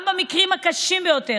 גם במקרים הקשים ביותר,